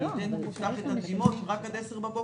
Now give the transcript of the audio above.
שאפשר יהיה לקחת את הדגימות עד 10 בבוקר,